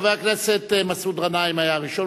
חבר הכנסת מסעוד גנאים היה הראשון,